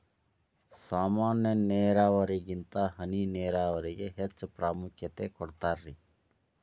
ಸಾಮಾನ್ಯ ನೇರಾವರಿಗಿಂತ ಹನಿ ನೇರಾವರಿಗೆ ಹೆಚ್ಚ ಪ್ರಾಮುಖ್ಯತೆ ಕೊಡ್ತಾರಿ